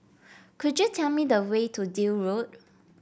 could you tell me the way to Deal Road